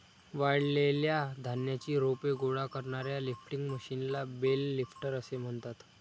वाळलेल्या धान्याची रोपे गोळा करणाऱ्या लिफ्टिंग मशीनला बेल लिफ्टर असे म्हणतात